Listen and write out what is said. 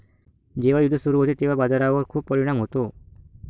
जेव्हा युद्ध सुरू होते तेव्हा बाजारावर खूप परिणाम होतो